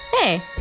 hey